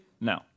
no